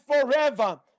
forever